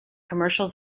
commercial